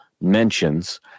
mentions